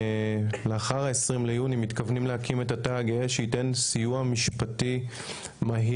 לאחר ה-20 ביוני מתכוונים להקים את התא הגאה שייתן סיוע משפטי מהיר,